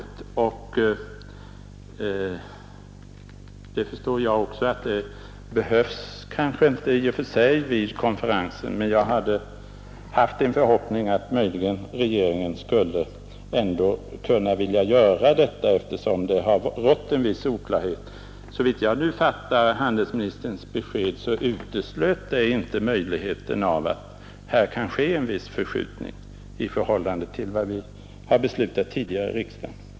Jag förstår också att detta kanske i och för sig inte behövs vid konferensen, men jag hade haft en förhoppning att regeringen möjligen ändå skulle vilja göra detta, eftersom det har rått en viss oklarhet på denna punkt. Såvida jag nu fattar handelsministerns besked riktigt, uteslöt detta inte möjligheten av en viss förskjutning i förhållande till vad riksdagen tidigare beslutat i denna fråga.